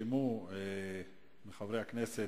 נרשמו מחברי הכנסת,